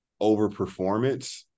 overperformance